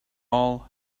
all